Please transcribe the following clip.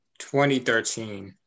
2013